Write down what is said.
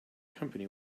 company